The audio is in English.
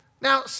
Now